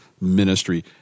ministry